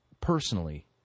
personally